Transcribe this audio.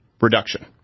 reduction